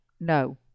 No